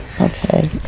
Okay